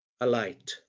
alight